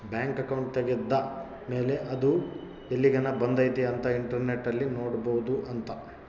bank account ತೆಗೆದ್ದ ಮೇಲೆ ಅದು ಎಲ್ಲಿಗನ ಬಂದೈತಿ ಅಂತ ಇಂಟರ್ನೆಟ್ ಅಲ್ಲಿ ನೋಡ್ಬೊದು ಅಂತ